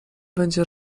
będzie